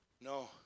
No